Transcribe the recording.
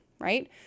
right